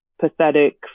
pathetic